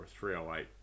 308